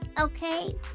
okay